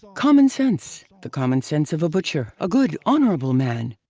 common sense, the common sense of a butcher, a good, honorable man,